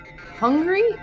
hungry